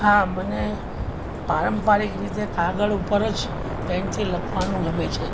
હા મને પારંપરિક રીતે કાગળ ઉપર જ પેનથી લખવાનું ગમે છે